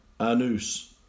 anus